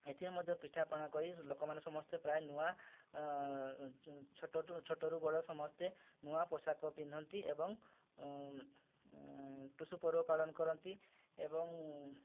ଏଥିରେ ମଧ୍ୟ ପିଠା ପଣା କରି ଲୋକମାନେ ସମସ୍ତେ ପ୍ରାୟ ନୂଆ ଛୋଟଠୁ ଛୋଟରୁ ବଡ଼ ସମସ୍ତେ ନୂଆ ପୋଷାକ ପିନ୍ଧନ୍ତି ଏବଂ ପର୍ବ ପାଳନ କରନ୍ତି ଏବଂ